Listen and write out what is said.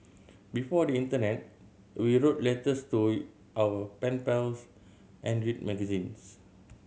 before the internet we wrote letters to our pen pals and read magazines